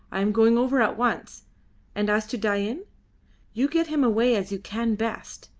i am going over at once and as to dain? you get him away as you can best.